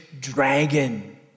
dragon